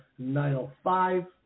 905